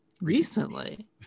Recently